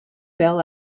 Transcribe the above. fell